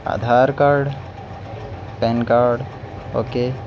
Aadhaar card PAN card okay